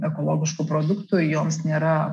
ekologiškų produktų joms nėra